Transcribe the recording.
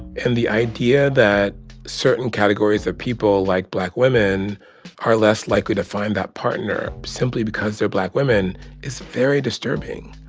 and the idea that certain categories of people like black women are less likely to find that partner simply because they're black women is very disturbing.